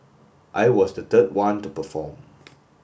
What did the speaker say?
I was the third one to perform